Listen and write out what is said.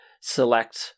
select